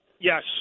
Yes